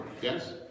yes